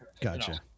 Gotcha